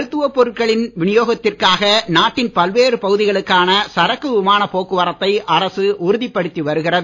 மருத்துவப் பொருட்களின் வினியோகத்திற்காக நாட்டின் பல்வேறு பகுதிகளுக்கான சரக்கு விமானப் போக்குவரத்தை அரசு உறுதிப்படுத்தி வருகிறது